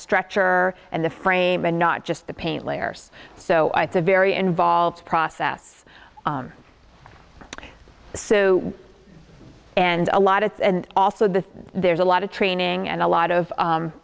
structure and the frame and not just the paint layers so i think very involved process so and a lot of it and also this there's a lot of training and a lot of